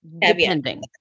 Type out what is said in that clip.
depending